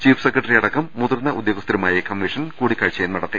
chief secretary അടക്കം മുതിർന്ന ഉദ്യോഗസ്ഥരുമായി കമ്മീഷൻ കൂടിക്കാഴ്ചയും നടത്തി